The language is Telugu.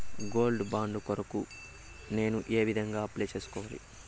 గోల్డ్ బాండు కొరకు నేను ఏ విధంగా అప్లై సేసుకోవాలి?